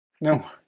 No